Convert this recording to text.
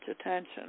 attention